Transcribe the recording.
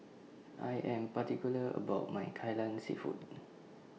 I Am particular about My Kai Lan Seafood